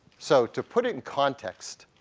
so to put it in context,